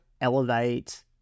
elevate